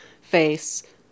face